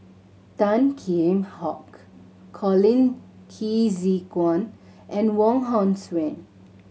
Tan Kheam Hock Colin Qi Zhe Quan and Wong Hong Suen